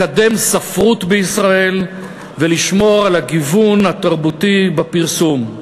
לקדם ספרות בישראל ולשמור על הגיוון התרבותי בפרסום,